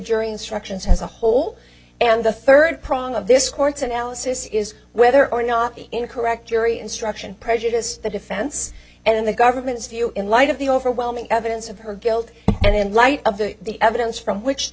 jury instructions as a whole and the third prong of this court's analysis is whether or not in a correct jury instruction prejudiced the defense and the government's view in light of the overwhelming evidence of her guilt and in light of the the evidence from which the